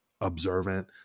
observant